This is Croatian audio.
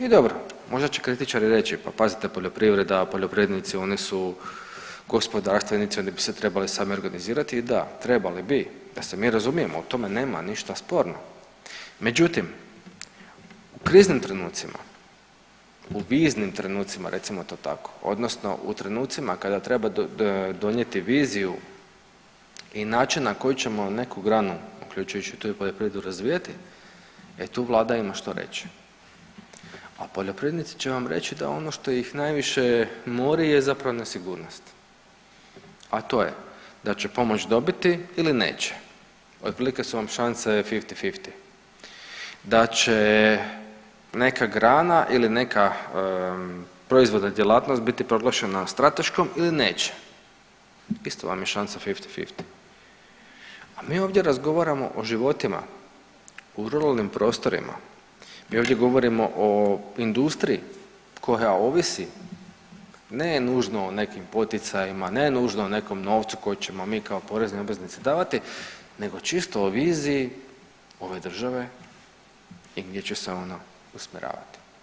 I dobro, možda će kritičari reći, pa pazite poljoprivreda, poljoprivrednici, oni su gospodarstvenici, oni bi se trebali sami organizirati, da trebali bi, da se mi razumijemo u tome nema ništa sporno, međutim u kriznim trenucima, u viznim trenucima recimo to tako odnosno u trenucima kada treba donijeti viziju i način na koji ćemo neku granu uljučujući tu i poljoprivredu razvijati, e tu vlada ima što reći, a poljoprivrednici će vam reći da ono što ih najviše mori je zapravo nesigurnost, a to je da će pomoć dobiti ili neće otprilike su vam šanse fifti fifti, da će neka grana ili neka proizvodna djelatnost biti proglašena strateškom ili neće isto vam je šansa fifti fifti, a mi ovdje razgovaramo o životima u ruralnim prostorima, mi ovdje govorimo o industriji koja ovisi ne nužno o nekim poticajima, ne nužno o nekom novcu koji ćemo mi kao porezni obveznici davati nego čisto o viziji ove države i gdje će se ona usmjeravati.